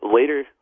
later